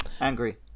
angry